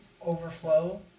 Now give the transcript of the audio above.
overflow